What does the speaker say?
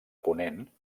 ponent